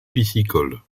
piscicole